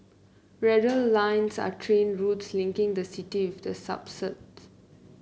radial lines are train routes linking the city with the suburbs